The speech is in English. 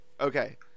Okay